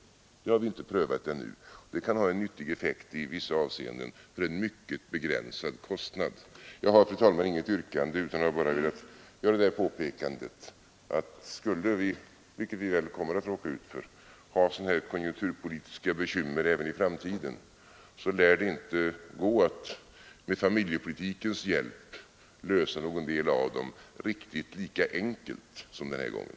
Det har vi inte prövat ännu, men det kan ha en nyttig effekt i vissa avseenden till en mycket begränsad kostnad. Jag har, fru talman, inget yrkande, utan jag har bara velat göra det påpekandet, att skulle vi — vilket vi väl kommer att råka ut för — få sådana konjunkturpolitiska bekymmer även i framtiden, lär det inte gå att med familjepolitikens hjälp lösa någon del av dem riktigt lika enkelt i framtiden som den här gången.